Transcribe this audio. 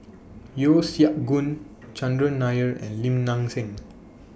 Yeo Siak Goon Chandran Nair and Lim Nang Seng